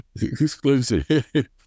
Exclusive